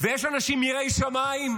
ויש אנשים יראי שמיים,